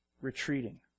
retreating